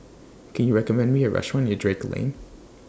Can YOU recommend Me A Restaurant near Drake Lane